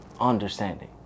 understanding